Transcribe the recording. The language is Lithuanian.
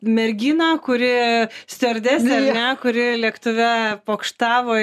merginą kuri stiuardesė ar ne kuri lėktuve pokštavo